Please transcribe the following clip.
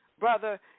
Brother